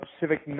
civic